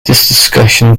discussion